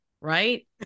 right